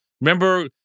remember